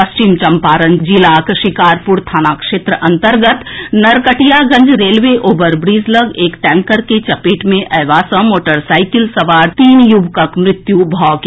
पश्चिम चंपारण जिला शिकारपुर थाना क्षेत्र अंतर्गत नरकटियागंज रेलवे ओवर ब्रिज लऽग एक टैंकर के चपेट मे अएबा सँ मोटरसाइकिल सवार तीन युवकक मृत्यु भऽ गेल